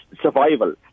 survival